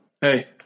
hey